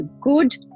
good